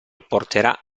porterà